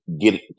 get